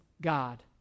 God